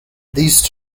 these